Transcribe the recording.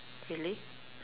really